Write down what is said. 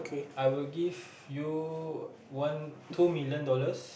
I would give you one two million dollars